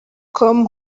com